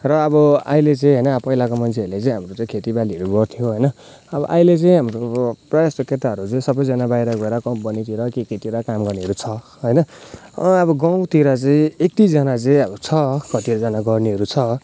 र अब अहिले चाहिँ होइन पहिलाको मान्छेहरूले चाहिँ हाम्रो चाहिँ खेतीबालीहरू गर्थ्यो होइन अब अहिले चाहिँ हाम्रो प्राय जस्तो केटाहरू चाहिँ सबैजना बाहिर गएर कम्पनीतिर के केतिर काम गर्नेहहरू छ होइन अब गउँतिर चाहिँ एक दुईजना चाहिँ छ कतिजना गर्नेहरू छ